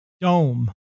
dome